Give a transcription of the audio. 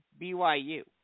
BYU